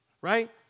Right